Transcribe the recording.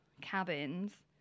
cabins